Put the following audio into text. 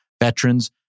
veterans